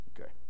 Okay